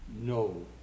no